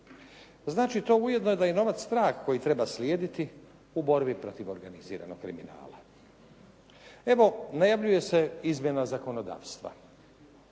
Znači to ujedno da je i novac strah koji treba slijediti u borbi protiv organiziranog kriminala. Evo najavljuje se izmjena zakonodavstva,